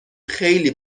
خیلی